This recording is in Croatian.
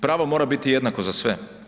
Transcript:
Pravo mora biti jednako za sve.